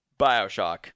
Bioshock